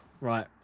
Right